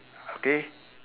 okay